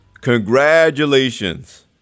Congratulations